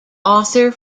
author